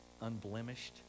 unblemished